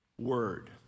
word